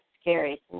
scary